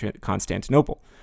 Constantinople